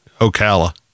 Ocala